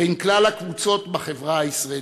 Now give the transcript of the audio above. בין כלל הקבוצות בחברה הישראלית.